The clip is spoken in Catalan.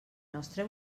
nostre